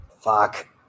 Fuck